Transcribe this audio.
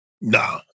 Nah